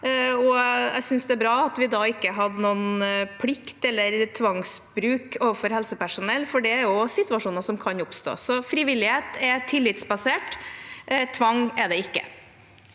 det er bra at vi da ikke hadde noen plikt eller tvangsbruk overfor helsepersonell, for det er også situasjoner som kan oppstå. Frivillighet er tillitsbasert. Tvang er det ikke.